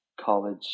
college